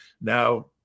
now